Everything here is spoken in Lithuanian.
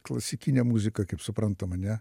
klasikinė muzika kaip suprantam ane